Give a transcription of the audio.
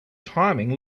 timing